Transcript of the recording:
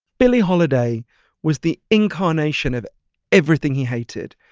billie holiday was the incarnation of everything he hated.